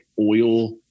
oil